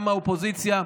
גם מהאופוזיציה,